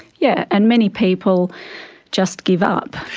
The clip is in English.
yeah and many people just give up.